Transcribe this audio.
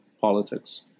politics